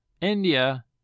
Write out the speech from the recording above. India